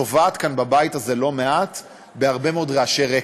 טובעת כאן, בבית הזה, לא מעט בהרבה מאוד רעשי רקע,